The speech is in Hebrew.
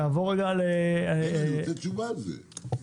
נעבור -- אני רוצה תשובה על זה.